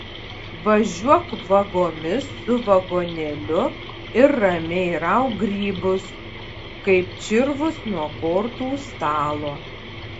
važiuok vagomis su vagonėliu ir ramiai rauk grybus kaip čirvus nuo kortų stalo